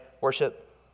Worship